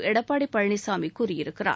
எடப்பாடி பழனிசாமி கூறியிருக்கிறார்